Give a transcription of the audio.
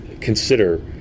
consider